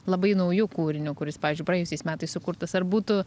labai nauju kūriniu kuris pavyzdžiui praėjusiais metais sukurtas ar būtų